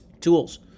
tools